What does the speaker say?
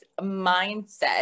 mindset